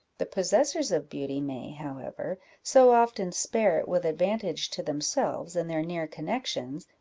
the possessors of beauty may, however, so often spare it with advantage to themselves and their near connections,